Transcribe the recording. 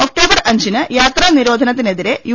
October അഞ്ചിന് യാത്രാ നിരോധനത്തിനെതിരെ യു